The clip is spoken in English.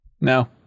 No